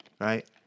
right